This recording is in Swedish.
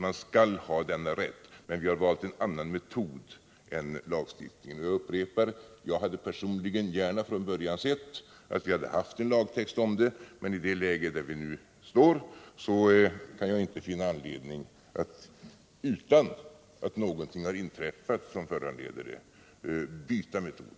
Man skall ha denna rätt, men vi har valt en annan metod än lagstiftning. Jag upprepar att jag personligen gärna sett att vi från början hade haft en lagtext, men i dagens läge kan jag inte finna anledning att, utan att någonting har inträffat som föranleder det, byta metod.